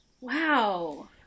wow